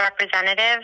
representative